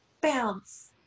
bounce